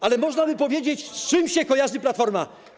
Ale można by też powiedzieć, z czym się kojarzy Platforma.